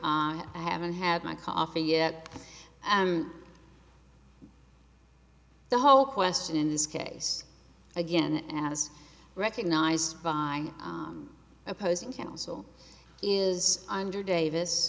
i haven't had my coffee yet the whole question in this case again as recognized by opposing counsel is under davis